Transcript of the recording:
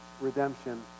redemption